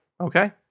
Okay